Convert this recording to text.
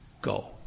go